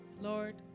Lord